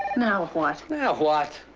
now what? now what?